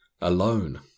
alone